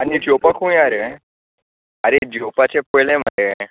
आनी जेवपाक खूंय या रे आरे जेवपाचें पयलें मरे